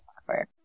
software